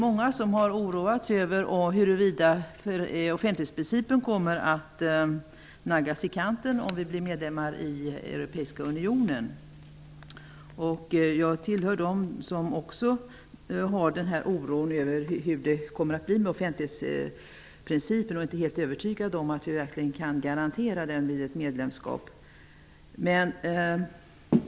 Många har oroat sig och undrat om offentlighetsprincipen kommer att naggas i kanten om vi blir medlemmar i Europeiska unionen. Jag tillhör dem som känner oro för hur det blir med offentlighetsprincipen. Jag är inte helt övertygad om att vi verkligen kan garantera den vid ett medlemskap.